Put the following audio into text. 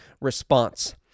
response